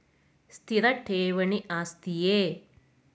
ಸ್ಥಿರ ಠೇವಣಿ ಆಸ್ತಿಯೇ?